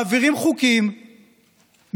מעבירים חוקים,